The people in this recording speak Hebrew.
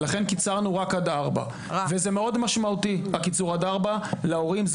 ולכן קיצרנו רק עד 16:00. וזה מאוד משמעותי הקיצור עד 16:00 להורים,